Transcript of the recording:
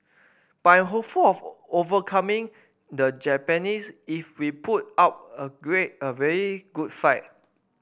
but I'm hopeful of overcoming the Japanese if we put up a great a very good fight